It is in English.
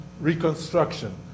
Reconstruction